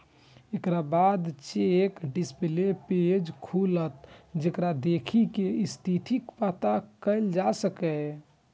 एकर बाद check display page खुलत, जेकरा देखि कें स्थितिक पता कैल जा सकैए